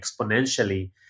exponentially